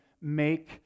make